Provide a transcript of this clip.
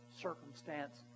circumstance